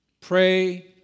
Pray